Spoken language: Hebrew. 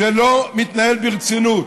שזה לא מתנהל ברצינות.